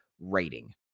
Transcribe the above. rating